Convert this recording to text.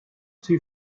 too